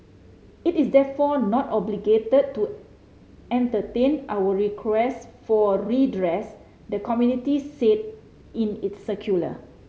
it is therefore not obligated to entertain our requests for redress the committee said in its circular